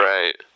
Right